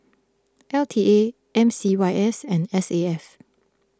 L T A M C Y S and S A F